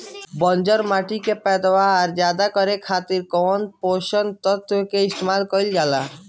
बंजर माटी के पैदावार ज्यादा करे खातिर कौन पोषक तत्व के इस्तेमाल कईल जाला?